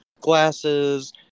glasses